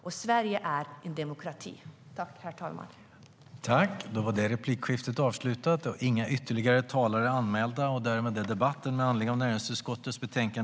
Och Sverige är en demokrati. STYLEREF Kantrubrik \* MERGEFORMAT Statliga företag